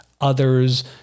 others